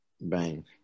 Bang